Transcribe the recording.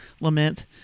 lament